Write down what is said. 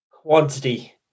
quantity